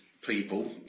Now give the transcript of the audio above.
people